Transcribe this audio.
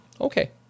Okay